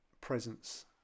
presence